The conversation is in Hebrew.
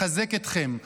מחזק אתכם,